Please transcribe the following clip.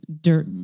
dirt